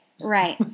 right